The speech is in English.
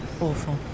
awful